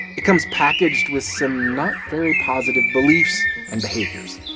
it comes packaged with some not very positive beliefs and behaviors